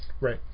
Right